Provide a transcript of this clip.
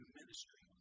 ministry